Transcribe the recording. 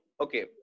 okay